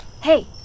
hey